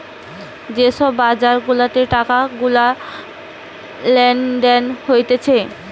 যে সব বাজার গুলাতে টাকা গুলা লেনদেন হতিছে